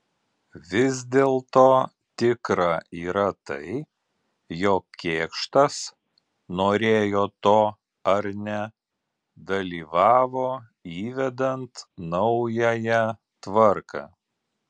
vis dėlto tikra yra tai jog kėkštas norėjo to ar ne dalyvavo įvedant naująją tvarką